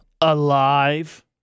alive